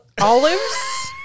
Olives